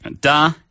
Da